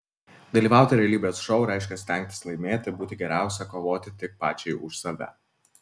dalyvauti realybės šou reiškia stengtis laimėti būti geriausia kovoti tik pačiai už save